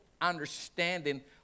understanding